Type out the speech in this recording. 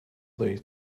they